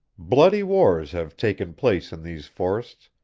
bloody wars have taken place in these forests,